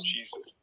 Jesus